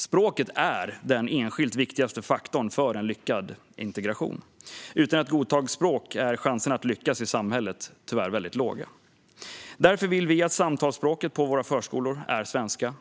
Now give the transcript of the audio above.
Språket är den enskilt viktigaste faktorn för lyckad integration. Utan ett godtagbart språk är chanserna att lyckas i samhället tyvärr väldigt små. Därför vill vi att samtalsspråket på våra förskolor ska vara svenska.